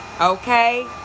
okay